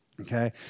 Okay